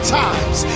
times